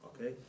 Okay